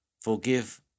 forgive